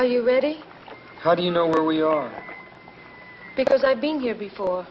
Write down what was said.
are you ready how do you know where your because i've been here before